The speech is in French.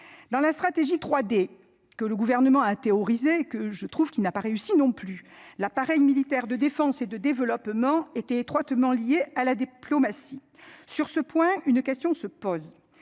Dans la stratégie 3D que le gouvernement a théorisé que je trouve qu'il n'a pas réussi non plus l'appareil militaire de défense et de développement était étroitement liée à la diplomatie. Sur ce point, une question se pose.